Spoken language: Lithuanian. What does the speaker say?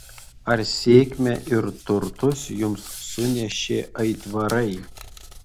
ar sėkmę ir turtus jums sunešė aitvarai